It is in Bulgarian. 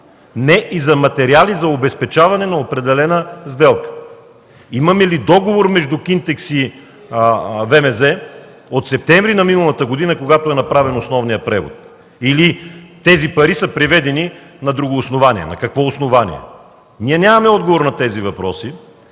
не и за материали за обезпечаване на определена сделка. Имаме ли договор между „Кинтекс” и ВМЗ – Сопот от септември миналата година, когато е направен основният превод, или тези пари са преведени на друго основание? На какво основание? Ние нямаме отговор на тези въпроси,